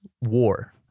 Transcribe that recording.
War